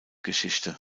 geschichte